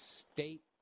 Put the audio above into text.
state